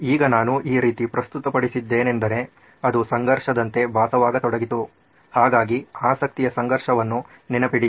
ಈಗ ನಾನು ಈ ರೀತಿ ಪ್ರಸ್ತುತಪಡಿಸಿದ್ದೇನೆಂದರೆ ಅದು ಸಂಘರ್ಷದಂತೆ ಭಾಸವಾಗತೊಡಗಿತು ಹಾಗಾಗಿ ಆಸಕ್ತಿಯ ಸಂಘರ್ಷವನ್ನು ನೆನಪಿಡಿ